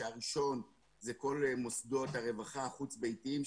שהראשון זה כל מוסדות הרווחה החוץ-ביתיים,